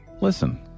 listen